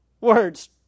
words